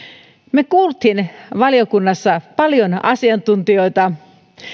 me kuulimme valiokunnassa paljon asiantuntijoita